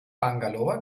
bangalore